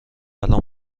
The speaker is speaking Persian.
الان